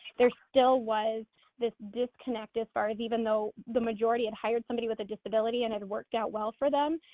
there still was this disconnect as far as even though the majorityhad hired somebody with a disability and it worked out well for them,